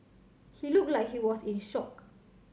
he looked like he was in shock